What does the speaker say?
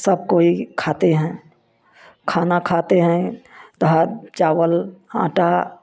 सब कोई खाते हैं खाना खाते हैं दाल चावल आटा